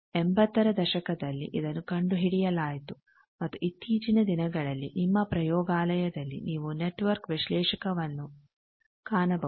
ಎಂಭತ್ತರ ದಶಕದಲ್ಲಿ ಇದನ್ನು ಕಂಡುಹಿಡಿಯಲಾಯಿತು ಮತ್ತು ಇತ್ತೀಚಿನ ದಿನಗಳಲ್ಲಿ ನಿಮ್ಮ ಪ್ರಯೋಗಾಲಯದಲ್ಲಿ ನೀವು ನೆಟ್ವರ್ಕ್ ವಿಶ್ಲೇಷಕವನ್ನು ಕಾಣಬಹುದು